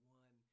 one